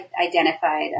identified